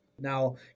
Now